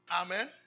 Amen